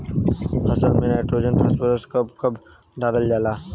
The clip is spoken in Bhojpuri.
फसल में नाइट्रोजन फास्फोरस कब कब डालल जाला?